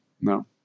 No